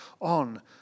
on